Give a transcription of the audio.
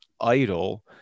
idle